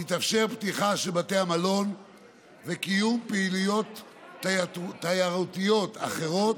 תתאפשר פתיחה של בתי המלון וקיום פעילויות תיירותיות אחרות,